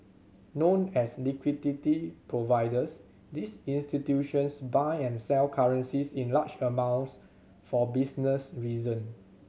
known as liquidity providers these institutions buy and sell currencies in large amounts for business reason